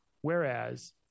whereas